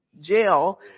jail